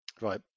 Right